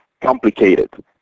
complicated